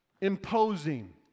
Imposing